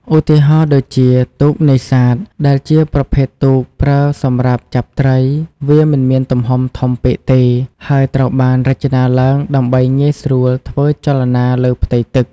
ឧទាហរណ៍ដូចជា ទូកនេសាទ ដែលជាប្រភេទទូកប្រើសម្រាប់ចាប់ត្រី វាមិនមានទំហំធំពេកទេ ហើយត្រូវបានរចនាឡើងដើម្បីងាយស្រួលធ្វើចលនាលើផ្ទៃទឹក។